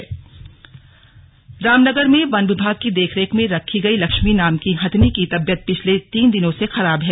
slug हथिनी इलाज रामनगर में वन विभाग की देखरेख में रखी गई लक्ष्मी नाम की हथिनी की तबियत पिछले तीन दिनों से खराब है